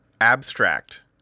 abstract